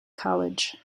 college